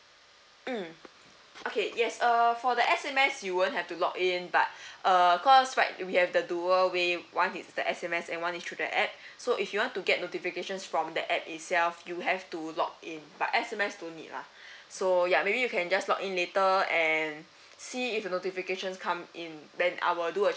mm okay yes uh for the S_M_S you won't have to login but uh cause right we have the duo way one is through the S_M_S and one is through the app so if you want to get notifications from the app itself you have to login but S_M_S don't need ah so ya maybe you can just login later and see if the notifications come in then I will do a